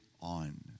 on